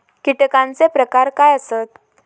कीटकांचे प्रकार काय आसत?